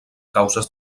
causes